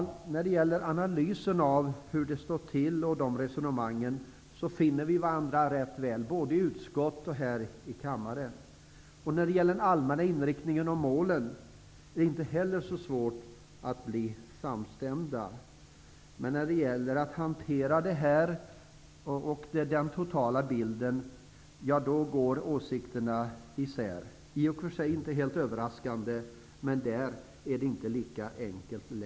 När det gäller analysen av hur det står till finner vi lätt varandra i utskott och kammare. När det gäller den allmänna inriktningen och målen är det inte heller svårt för oss att bli samstämda. Men när det gäller den totala bilden och att hantera problemen går åsikterna isär. Det är i och för sig inte överraskande, men där är det inte längre lika enkelt.